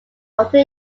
alter